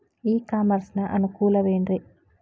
E commerce ನ ಅನುಕೂಲವೇನ್ರೇ?